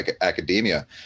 academia